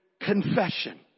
confession